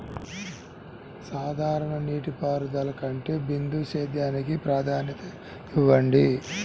సాధారణ నీటిపారుదల కంటే బిందు సేద్యానికి ప్రాధాన్యత ఇవ్వబడుతుంది